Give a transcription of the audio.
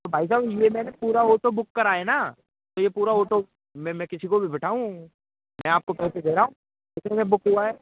तो भाई साहब ये मैंने पूरा ओटो बुक करा है ना तो ये पूरा ओटो में मैं किसी को भी बिठाऊँ मैं आपको पैसे दे रा हूँ कितने में बुक हुआ है